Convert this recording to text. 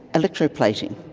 electroplating,